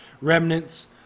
remnants